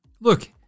Look